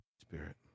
Spirit